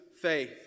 faith